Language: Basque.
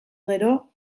gero